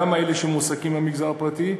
גם על אלה שמועסקים במגזר הפרטי,